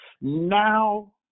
now